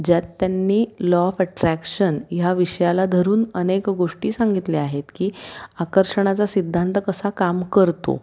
ज्यात त्यांनी law of attraction ह्या विषयाला धरून अनेक गोष्टी सांगितल्या आहेत की आकर्षणाचा सिद्धांत कसा काम करतो